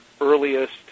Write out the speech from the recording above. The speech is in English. earliest